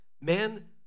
Men